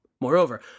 Moreover